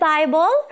Bible